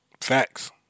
Facts